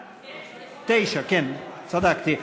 9, כן, צדקתי.